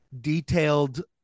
detailed